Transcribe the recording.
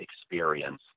experience